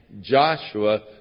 Joshua